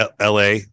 LA